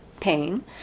pain